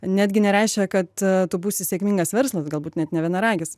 netgi nereiškia kad tu būsi sėkmingas verslas galbūt net ne vienaragis